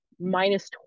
minus